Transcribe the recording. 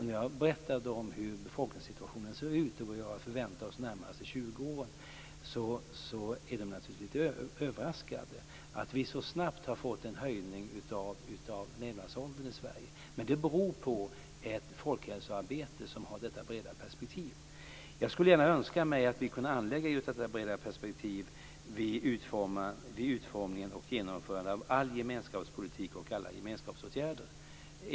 När jag berättade om hur befolkningssituationen ser ut och vad vi förväntar oss de närmaste 20 åren, blev de naturligtvis lite överraskade att vi så snabbt har fått en höjning av levnadsåldern i Sverige. Men det beror på ett folkhälsoarbete som har detta breda perspektiv. Jag skulle gärna önska mig att vi kunde anlägga detta breda perspektiv vid utformningen och genomförandet av all gemenskapspolitik och alla gemenskapsåtgärder.